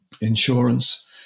insurance